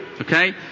Okay